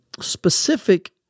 specific